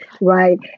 right